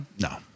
No